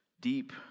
deep